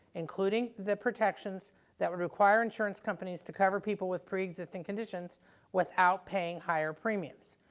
including the protections that would require insurance companies to cover people with pre-existing conditions without paying higher premiums.